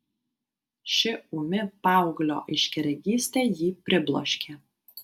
ši ūmi paauglio aiškiaregystė jį pribloškė